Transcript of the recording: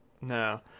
No